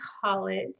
college